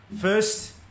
First